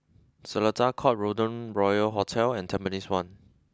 Seletar Court Golden Royal Hotel and Tampines one